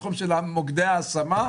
בתחום של מוקדי ההשמה,